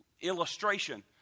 illustration